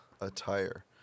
attire